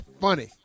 funny